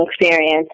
experience